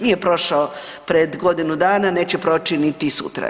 Nije prošao pred godinu dana, neće proći niti sutra.